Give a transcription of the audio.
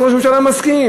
אז ראש הממשלה מסכים.